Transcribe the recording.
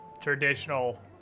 traditional